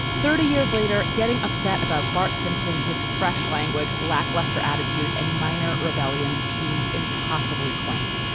thirty years later getting upset about bart simpson his fresh language lackluster attitude and minor rebellions seems impossibly quaint.